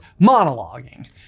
monologuing